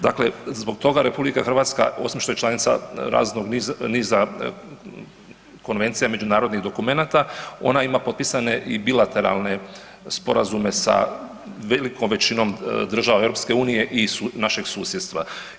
Dakle, zbog toga RH osim što je članica raznog niza konvencija, međunarodnih dokumenata ona ima potpisane i bilateralne sporazume sa velikom većinom država EU i našeg susjedstva.